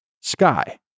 Sky